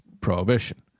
prohibition